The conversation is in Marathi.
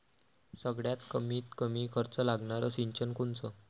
सगळ्यात कमीत कमी खर्च लागनारं सिंचन कोनचं?